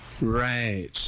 Right